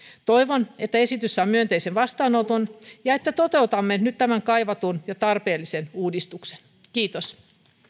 toivon että esitys saa myönteisen vastaanoton ja että toteutamme nyt tämän kaivatun ja tarpeellisen uudistuksen kiitos